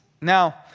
Now